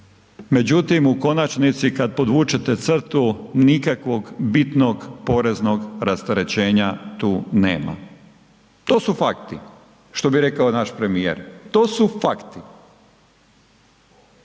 međutim u konačnici kada podvučete crtu nikakvog bitnog poreznog rasterećenja tu nema. To su fakti, što bi rekao naš premijer, to su fakti.